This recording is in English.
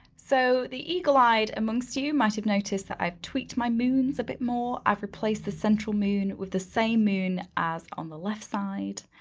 so the eagle-eyed among so you might have notice that i've tweaked my moons a bit more. i've replaced the central moon with the same moon as on the left side.